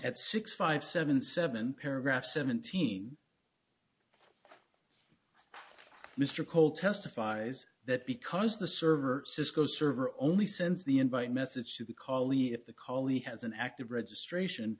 at six five seven seven paragraph seventeen mr cole testifies that because the server cisco server only sends the invite message to the call e if the colley has an active registration